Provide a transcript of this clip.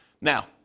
Now